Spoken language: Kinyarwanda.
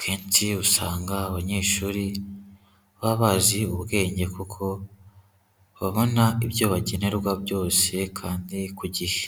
Kenshi usanga abanyeshuri baba bazi ubwenge kuko babona ibyo bagenerwa byose kandi ku gihe.